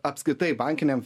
apskritai bankiniam